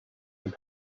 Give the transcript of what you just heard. and